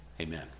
Amen